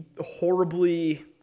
horribly